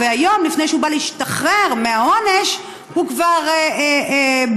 והיום לפני שהוא בא להשתחרר מהעונש הוא כבר בוגר.